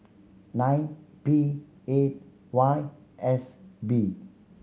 nine P eight Y S B